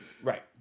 Right